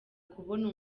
kubona